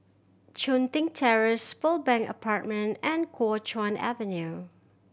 Chun Tin Terrace Pearl Bank Apartment and Kuo Chuan Avenue